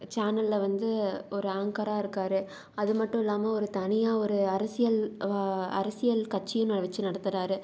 சேனலில் வந்து ஒரு ஆங்க்கராக இருக்கார் அது மட்டும் இல்லாமல் ஒரு தனியாக ஒரு அரசியல் வா அரசியல் கட்சியும் வச்சு நடத்துறார்